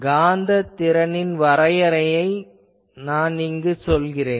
காந்தத் திறனின் வரையறையை நான் இங்கு இடுகிறேன்